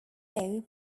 although